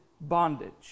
bondage